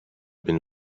been